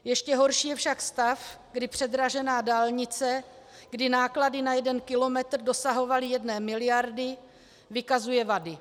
Ještě horší je však stav, kdy předražená dálnice, kdy náklady na jeden kilometr dosahovaly jedné miliardy, vykazuje vady.